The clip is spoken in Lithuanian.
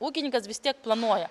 ūkininkas vis tiek planuoja